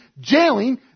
jailing